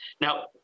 Now